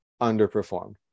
underperformed